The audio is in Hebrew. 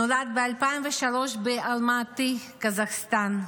נולד ב-2003 באלמטי, קזחסטן.